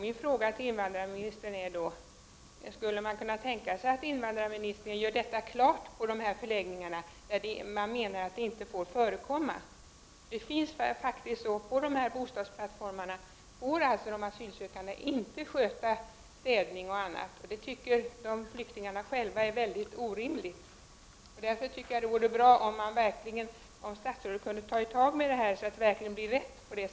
Kan invandrarministern klarlägga detta för de förläggningar, där man menar att detta arbete inte får förekomma? På dessa bostadsplattformar får alltså de asylsökande inte sköta städning o.d. Flyktingarna själva tycker att det är orimligt. Därför vore det bra om statsrådet verkligen kunde ta tag i detta så att det hela går rätt till.